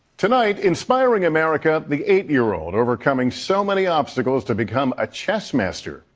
tonight, inspiring america, the eight year old overcoming so many obstacles to become a chess master.